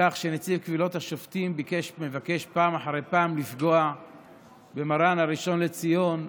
מכיוון שנציב קבילות השופטים מבקש פעם אחר פעם לפגוע במרן הראשון לציון,